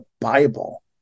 Bible